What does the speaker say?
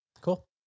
Cool